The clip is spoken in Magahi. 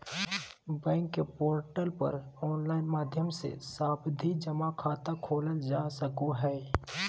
बैंक के पोर्टल पर ऑनलाइन माध्यम से सावधि जमा खाता खोलल जा सको हय